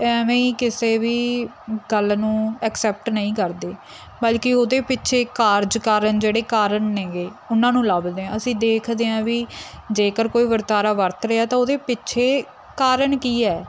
ਐਵੇਂ ਹੀ ਕਿਸੇ ਵੀ ਗੱਲ ਨੂੰ ਐਕਸੈਪਟ ਨਹੀਂ ਕਰਦੇ ਬਲਕਿ ਉਹਦੇ ਪਿੱਛੇ ਕਾਰਨ ਜਿਹੜੇ ਕਾਰਨ ਹੈਗੇ ਉਹਨਾਂ ਨੂੰ ਲੱਭਦੇ ਆਂ ਅਸੀਂ ਦੇਖਦੇ ਆਂ ਵੀ ਜੇਕਰ ਕੋਈ ਵਰਤਾਰਾ ਵਰਤ ਰਿਹਾ ਤਾਂ ਉਹਦੇ ਪਿੱਛੇ ਕਾਰਨ ਕੀ ਹੈ